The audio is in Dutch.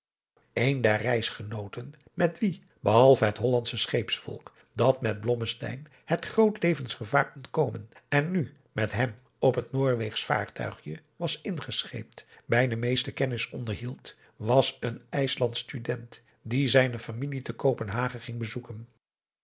een der reisgenooten met wien behalve het hollandsche scheepsvolk dat met blommesteyn het groot levensgevaar ontkomen en nu met hem op het noorweegsch vaartuigje was ingescheept hij de meeste kennis onderhield was een ijslandsch student die zijne familie te kopenhagen ging bezoeken